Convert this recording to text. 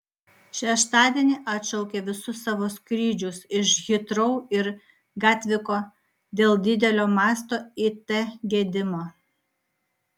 šeštadienį atšaukė visus savo skrydžius iš hitrou ir gatviko dėl didelio masto it gedimo